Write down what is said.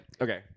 Okay